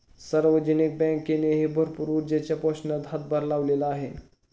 सार्वजनिक बँकेनेही भरपूर ऊर्जेच्या पोषणात हातभार लावलेला आहे